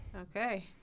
Okay